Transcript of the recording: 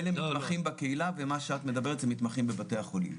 אלה מתמחים בקהילה ומה שאת מדברת זה מתמחים בבתי החולים.